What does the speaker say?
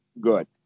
good